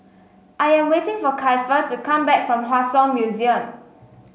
I am waiting for Keifer to come back from Hua Song Museum